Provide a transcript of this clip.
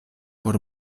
por